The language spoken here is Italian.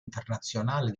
internazionale